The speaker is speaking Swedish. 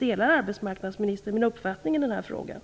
Delar arbetsmarknadsministern min uppfattning i den här frågan?